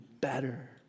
better